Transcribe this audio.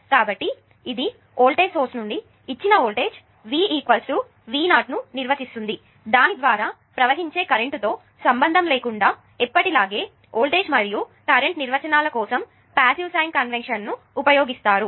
కాబట్టి ఇది voltage source నుండి ఇచ్చిన వోల్టేజ్ V V0 ను నిర్వచిస్తుంది దాని ద్వారా ప్రవహించే కరెంటు తో సంబంధం లేకుండా మరియు ఎప్పటిలాగే వోల్టేజ్ మరియు కరెంట్ నిర్వచనాల కోసం పాసివ్ సైన్ కన్వెన్షన్ ను ఉపయోగిస్తారు